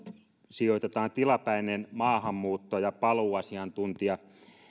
sijoitetaan tilapäinen maahanmuutto ja paluuasiantuntija